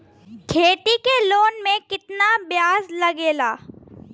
खेती के लोन में कितना ब्याज लगेला?